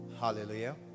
Hallelujah